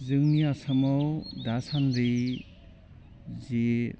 जोंनि आसामाव दासान्दि जि